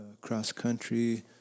cross-country